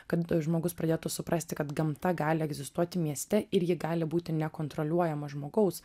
kad žmogus pradėtų suprasti kad gamta gali egzistuoti mieste ir ji gali būti nekontroliuojama žmogaus